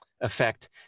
effect